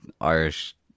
Irish